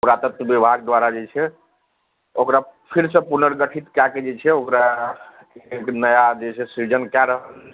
पुराततत्व्य विभाग द्वारा जे छै ओकरा फिरसँ पुनर्गठित कए कऽ जे छै ओकरा एक नया जे छै सृजन कए रहल